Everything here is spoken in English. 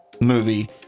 movie